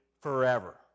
forever